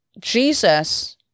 Jesus